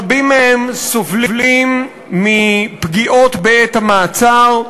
רבים מהם סובלים מפגיעות בעת המעצר,